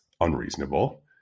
unreasonable